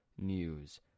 news